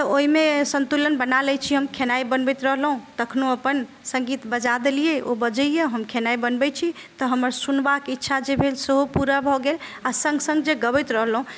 तऽ ओहिमे संतुलन बना लै छी हम खेनाइ बनबैत रहलहुँ तखनो अपन सङ्गीत बजा देलियै ओ बजैया हम अपन खेनाइ बनबैत छी तऽ हमर सुनबाके इच्छा जे भेल सेहो पूरा भऽ गेल आ सङ्ग सङ्ग जे गबैत रहलहुँ